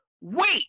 Wait